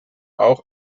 auch